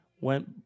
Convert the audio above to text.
Went